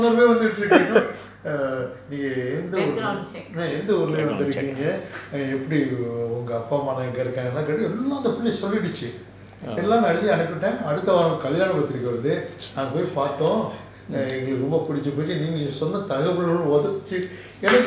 background check